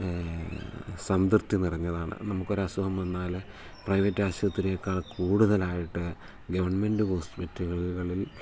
സംതൃപ്തി നിറഞ്ഞതാണ് നമുക്ക് ഒരു അസുഖം വന്നാൽ പ്രൈവറ്റ് ആശുപത്രിയേക്കാൾ കൂടുതലായിട്ട് ഗവൺമെൻറ് ഹോസ്പിറ്റലുകളിൽ